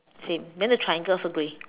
same then the triangle also grey